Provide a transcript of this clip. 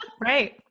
Right